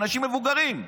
אנשים מבוגרים.